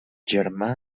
germà